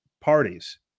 parties